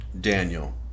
Daniel